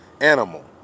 animal